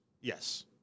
Yes